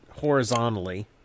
horizontally